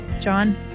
John